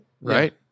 Right